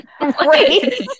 Right